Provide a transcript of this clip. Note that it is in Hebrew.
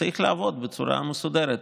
צריך לעבוד בצורה מסודרת.